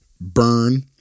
burn